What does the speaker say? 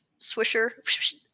swisher